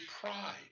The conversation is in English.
pride